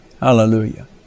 Hallelujah